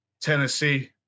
Tennessee